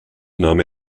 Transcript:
nahm